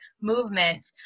movement